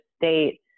state